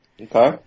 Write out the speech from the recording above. Okay